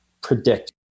predict